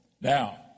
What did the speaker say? Now